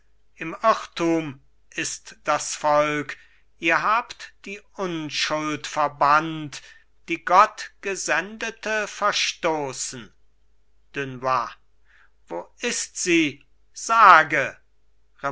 im irrtum ist das volk ihr habt die unschuld verbannt die gottgesendete verstoßen dunois wo ist sie sage